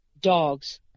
Dogs